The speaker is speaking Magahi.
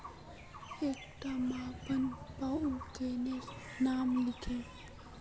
एकटा मापन उपकरनेर नाम लिख?